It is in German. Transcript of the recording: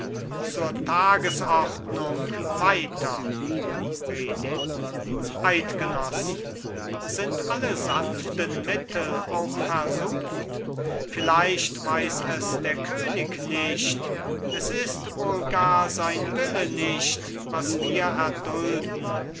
zur tagesordnung weiter reding eidgenossen sind alle sanften mittel auch versucht vielleicht weiss es der könig nicht es ist wohl gar sein wille nicht was wir erdulden